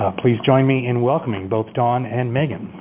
please join me in welcoming both dawn and meghan.